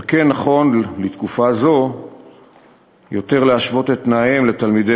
על כן נכון בתקופה זאת להשוות את תנאיהם יותר לתנאי תלמידי